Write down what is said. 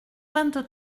vingt